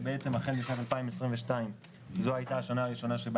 שהחל משנת 2022 זו היתה השנה הראשונה שבה